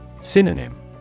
Synonym